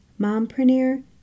mompreneur